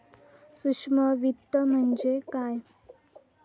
सूक्ष्म वित्त म्हणजे काय?